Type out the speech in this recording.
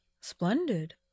Splendid